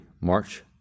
March